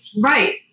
right